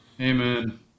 Amen